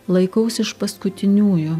laikaus iš paskutiniųjų